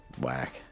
whack